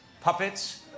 puppets